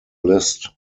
list